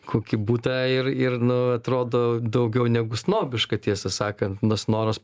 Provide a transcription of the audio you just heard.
kokį butą ir ir nu atrodo daugiau negu snobiška tiesą sakant tas noras